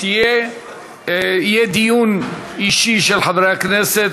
יהיה דיון אישי של חברי הכנסת.